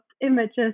images